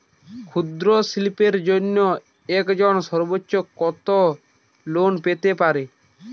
ক্ষুদ্রশিল্পের জন্য একজন সর্বোচ্চ কত লোন পেতে পারে?